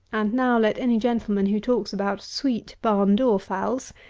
and now let any gentleman who talks about sweet barn-door fowls,